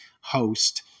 host